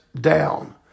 down